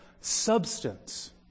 substance